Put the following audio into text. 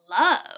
love